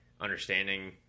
understanding